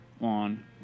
on